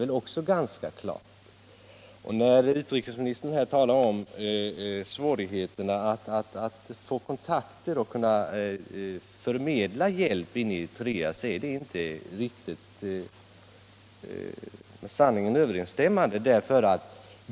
Och när utrikesministern här talar om svårigheterna att få kontakter och förmedla hjälp in i Eritrea, så anser jag att det inte är riktigt med sanningen överensstämmande.